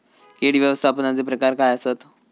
कीड व्यवस्थापनाचे प्रकार काय आसत?